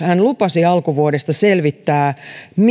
hän lupasi alkuvuodesta selvittää